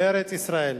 לארץ-ישראל.